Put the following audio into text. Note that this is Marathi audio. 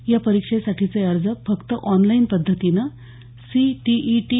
या परीक्षेसाठीचे अर्ज फक्त ऑनलाईन पद्धतीनं सीटीईटी